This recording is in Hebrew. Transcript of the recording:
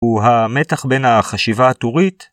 ‫הוא המתח בין החשיבה התורית...